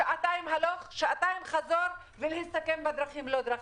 שעתיים לכל צד ולהסתכן בדרכים לא דרכים.